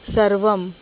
सर्वं